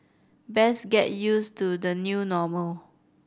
best get used to the new normal